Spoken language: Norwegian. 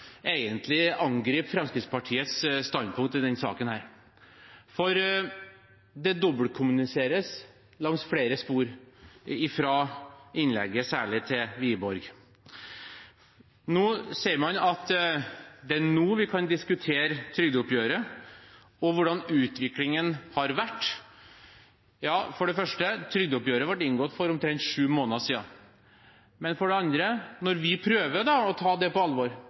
egentlig skal angripe Fremskrittspartiets standpunkt i denne saken, for det dobbeltkommuniseres langs flere spor, særlig i innlegget fra representanten Wiborg. Man sier at det er nå vi kan diskutere trygdeoppgjøret og hvordan utviklingen har vært. For det første: Trygdeoppgjøret ble vedtatt for omtrent sju måneder siden. For det andre: Når vi prøver å ta det på alvor